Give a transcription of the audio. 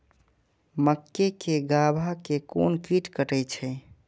मक्के के गाभा के कोन कीट कटे छे?